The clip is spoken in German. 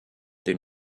den